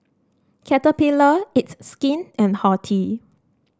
Caterpillar It's Skin and Horti